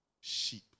sheep